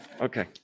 Okay